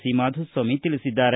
C Madhuswamy ತಿಳಿಸಿದ್ದಾರೆ